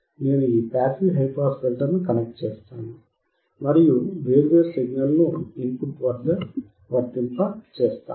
నేను ఈ passive high pass ఫిల్టర్ను కనెక్ట్ చేస్తాను మరియు వేర్వేరు సిగ్నల్ను ఇన్ పుట్ వద్ద వర్తింపజేస్తాను